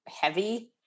heavy